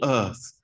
earth